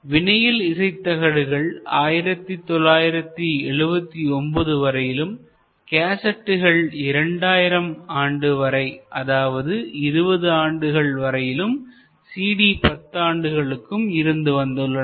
vinyl இசை தகடுகள் 1979 வரையிலும் கேசட்டுகள் 2000 ஆண்டுவரை அதாவது 20 ஆண்டு வரையிலும் CD பத்தாண்டுகளுக்கும் இருந்து வந்துள்ளன